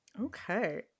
okay